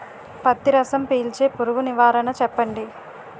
పత్తి రసం పీల్చే పురుగు నివారణ చెప్పండి?